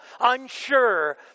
unsure